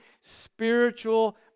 spiritual